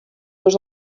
dos